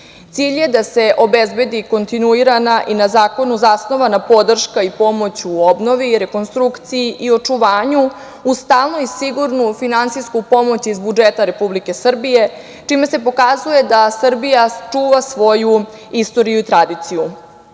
Cilj je da se obezbedi kontinuirana i na zakonu zasnovana podrška i pomoć u obnovi, rekonstrukciji i očuvanju uz stalnu i sigurnu finansijsku pomoć iz budžeta Republike Srbije, čime se pokazuje da Srbija čuva svoju istoriju i tradiciju. Moje